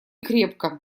крепко